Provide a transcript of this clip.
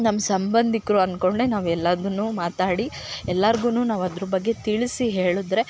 ನಮ್ಮ ಸಂಬಂಧಿಕರು ಅನ್ಕೊಂಡೆ ನಾವೆಲ್ಲದನ್ನು ಮಾತಾಡಿ ಎಲ್ಲಾರ್ಗು ನಾವು ಅದ್ರ ಬಗ್ಗೆ ತಿಳಿಸಿ ಹೇಳಿದ್ರೆ